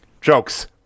jokes